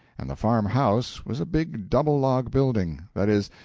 and the farm-house was a big double log building that is,